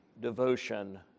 devotion